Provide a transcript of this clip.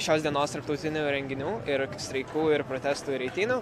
šios dienos tarptautinių renginių ir streikų ir protestų ir eitynių